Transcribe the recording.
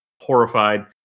horrified